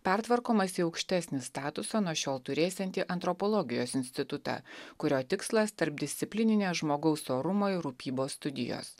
pertvarkomas į aukštesnį statusą nuo šiol turėsiantį antropologijos institutą kurio tikslas tarpdisciplininės žmogaus orumo ir rūpybos studijos